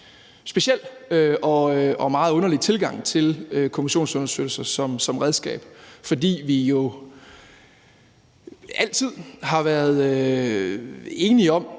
speciel og meget underlig tilgang til kommissionsundersøgelser som redskab, fordi vi jo altid har været enige om,